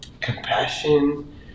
compassion